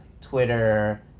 Twitter